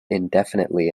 indefinitely